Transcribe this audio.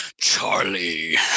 Charlie